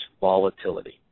Volatility